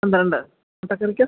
പന്ത്രണ്ട് മുട്ടക്കറിക്കോ